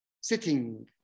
Sitting